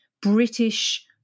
British